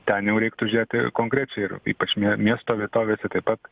ten jau reiktų žiūrėti konkrečiai ir ypač ne miesto vietovėse taip pat